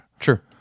Sure